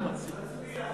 ועדת כספים.